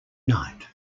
night